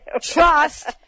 Trust